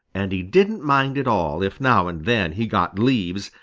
and he didn't mind at all if now and then he got leaves,